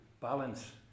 balance